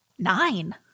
nine